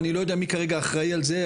אני לא יודע מי כרגע אחראי על זה,